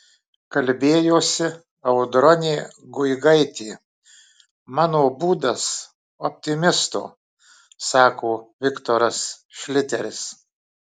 kalbėjosi audronė guigaitė mano būdas optimisto sako viktoras šliteris